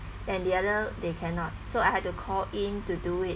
and the other they cannot so I had to call in to do it